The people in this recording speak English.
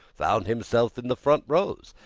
found himself in the front rows.